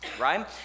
right